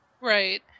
Right